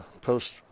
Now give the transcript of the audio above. post